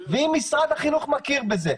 אם משרד החינוך מכיר בזה,